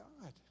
God